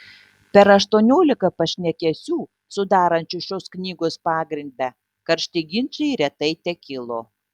per aštuoniolika pašnekesių sudarančių šios knygos pagrindą karšti ginčai retai tekilo